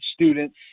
students